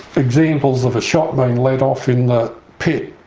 examples of a shot being let off in the pit,